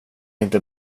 inte